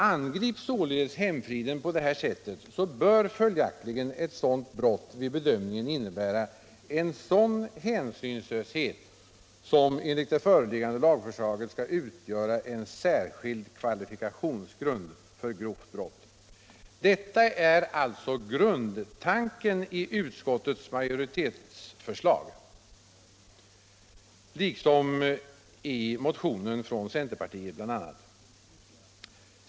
Angrips således hemfriden på det här sättet bör följaktligen ett sådant brott vid bedömningen innebära en sådan hänsynslöshet som enligt det föreliggande lagförslaget skall utgöra en särskild kvalifikationsgrund för grovt brott. Detta är grundtanken i utskottsmajoritetens förslag liksom i motionen från centerpartiet.